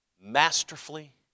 masterfully